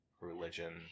religion